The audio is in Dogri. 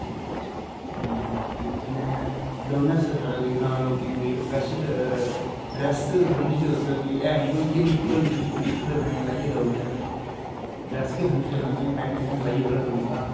कि कन्ने साडे ग्रां दे लोके कोई स्पेशल ड्रैस समझी लैओ तुस है नेई कोई इये निक्कर होंदी निक्कर ते बनैन लाइयै दौड़ने अस ड्रैस गै समझी लैओ इयां पेंट शैंट लाइयै थोडा दौड़दा